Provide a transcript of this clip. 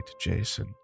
Jason